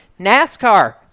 NASCAR